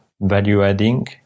value-adding